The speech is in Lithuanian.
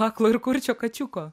aklo ir kurčio kačiuko